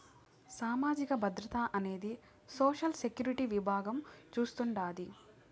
సామాజిక భద్రత అనేది సోషల్ సెక్యూరిటీ విభాగం చూస్తాండాది